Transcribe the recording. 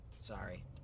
Sorry